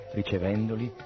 ricevendoli